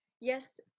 yes